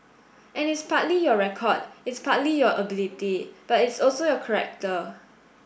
and it's partly your record it's partly your ability but it's also your character